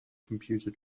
computer